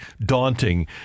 daunting